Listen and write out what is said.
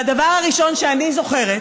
והדבר הראשון שאני זוכרת,